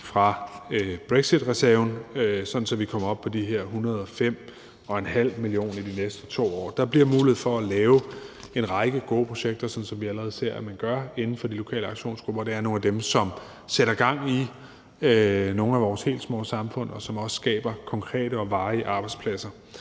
fra brexitreserven, sådan at vi kommer op på de her 105,5 mio. kr. i de næste 2 år. Der bliver mulighed for at lave en række gode projekter, sådan som vi allerede ser at man gør, inden for de lokale aktionsgrupper. Det er nogle af dem, som sætter gang i nogle af vores helt små samfund, og som også skaber konkrete og varige arbejdspladser.